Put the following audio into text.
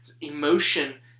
emotion